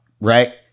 Right